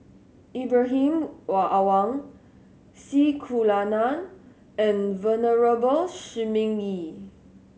Ibrahim Awang C Kunalan and Venerable Shi Ming Yi